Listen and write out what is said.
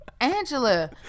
Angela